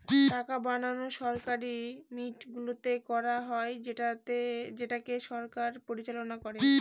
টাকা বানানো সরকারি মিন্টগুলোতে করা হয় যেটাকে সরকার পরিচালনা করে